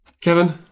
Kevin